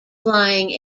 flying